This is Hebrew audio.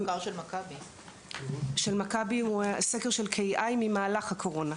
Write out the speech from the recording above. הסקר של מכבי הוא סקר של קיי איי ממהלך הקורונה.